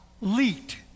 leaked